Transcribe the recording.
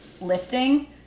lifting